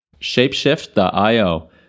shapeshift.io